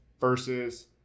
versus